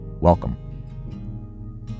Welcome